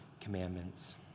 commandments